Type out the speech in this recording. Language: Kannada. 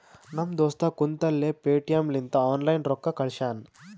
ನಮ್ ದೋಸ್ತ ಕುಂತಲ್ಲೇ ಪೇಟಿಎಂ ಲಿಂತ ಆನ್ಲೈನ್ ರೊಕ್ಕಾ ಕಳ್ಶ್ಯಾನ